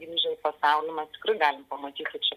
grįžę į pasaulį mes iš tikrųjų galim pamatyti čia